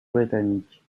britannique